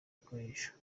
gikoresho